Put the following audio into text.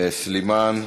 סלימאן,